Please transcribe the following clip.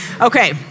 Okay